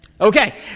Okay